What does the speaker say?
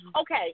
Okay